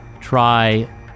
try